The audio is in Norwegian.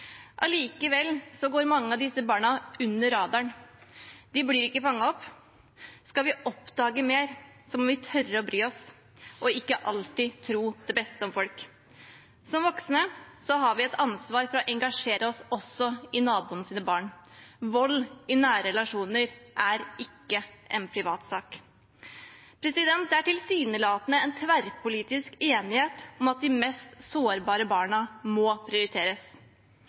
Allikevel går mange av disse barna under radaren. De blir ikke fanget opp. Skal vi oppdage mer, må vi tørre å bry oss og ikke alltid tro det beste om folk. Som voksne har vi et ansvar for å engasjere oss også i naboens barn. Vold i nære relasjoner er ikke en privatsak. Det er tilsynelatende tverrpolitisk enighet om at de mest sårbare barna må prioriteres,